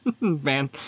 Man